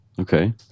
Okay